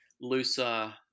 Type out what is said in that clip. looser